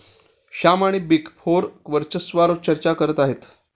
श्याम आणि big four वर्चस्वावार चर्चा करत आहेत